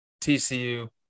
TCU